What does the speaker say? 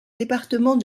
département